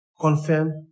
Confirm